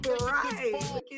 right